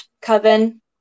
Coven